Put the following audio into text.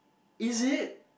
is it